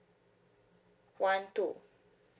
one two